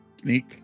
Sneak